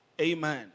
Amen